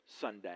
Sunday